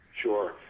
Sure